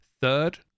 third